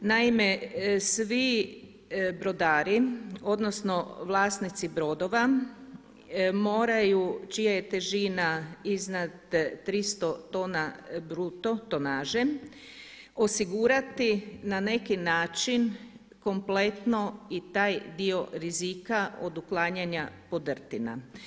Naime, svi brodari, odnosno vlasnici brodova moraju čija je težina iznad 300 tona bruto, tonaže, osigurati na neki način kompletno i taj dio rizika od uklanja podrtina.